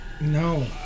No